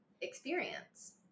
experience